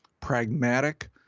pragmatic